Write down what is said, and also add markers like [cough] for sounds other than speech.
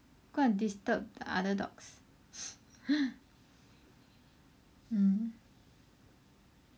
go and disturb the other dogs [laughs] mm